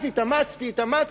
התאמצתי והתאמצתי,